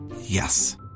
Yes